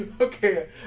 Okay